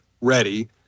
ready